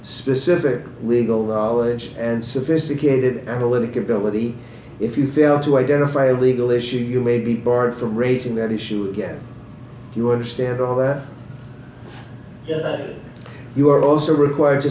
specific legal knowledge and sophisticated analytic ability if you fail to identify a legal issue you may be barred from raising that issue again if you understand all that you are also required to